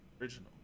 Original